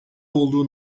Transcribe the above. olduğu